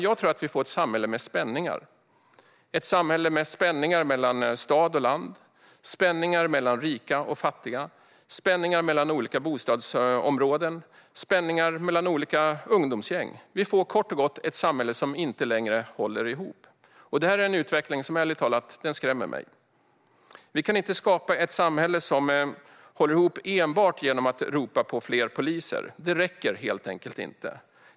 Jag tror att vi får ett samhälle med spänningar - spänningar mellan stad och land, mellan rika och fattiga, mellan olika bostadsområden och mellan olika ungdomsgäng. Vi får kort och gott ett samhälle som inte längre håller ihop. Detta är en utveckling som ärligt talat skrämmer mig. Vi kan inte skapa ett samhälle som håller ihop genom att enbart ropa på fler poliser. Det räcker helt enkelt inte.